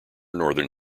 northern